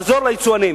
לעזור ליצואנים.